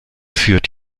führt